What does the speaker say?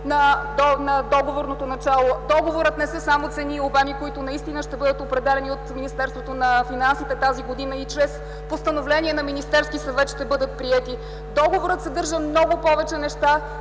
на договорното начало. В договора не са само цени и обеми, които наистина ще бъдат определяни от Министерството на финансите тази година и ще бъдат приети чрез постановление на Министерския съвет. Договорът съдържа много повече неща